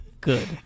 Good